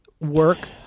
work